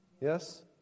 Yes